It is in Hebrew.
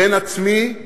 בין עצמי,